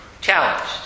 challenged